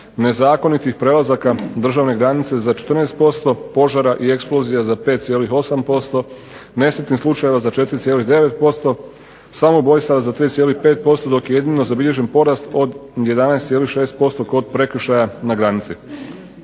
nezakonitih prelazaka za 14%, požara i eksplozija za 5,8%, nesretnih slučajeva za 4,9%, samoubojstava za 3,5% dok je jedino zabilježen porast od 11,6% kod prekršaja na granici.